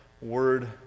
word